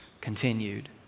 continued